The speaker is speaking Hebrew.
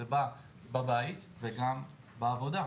זה בא בבית וגם בעבודה.